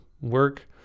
work